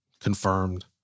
confirmed